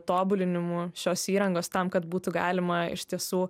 tobulinimu šios įrangos tam kad būtų galima iš tiesų